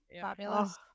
Fabulous